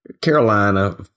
Carolina